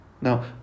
Now